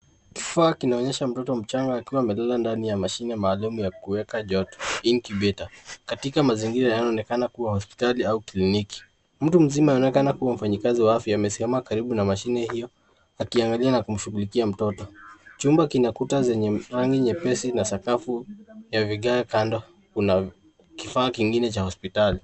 Kifaa kinaonyesha mtoto mchanga akiwa amelala ndani ya mashine maalum ya kuweka joto, incubator , katika mazingira yanaonekana kuwa hospitali au kliniki. Mtu mzima anayeonekana kuwa mfanyikazi wa afya amesimama karibu na mashine hiyo akiangalia na kumshughulikia mtoto. Chumba kina kuta zenye rangi nyepesi na sakafu ya vigae. Kando kuna kifaa kingine cha hospitali.